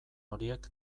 horiek